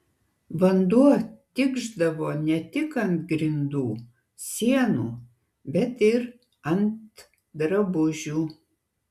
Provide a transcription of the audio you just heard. vanduo tikšdavo ne tik ant grindų sienų bet ir ant drabužių